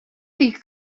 dir